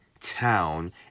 town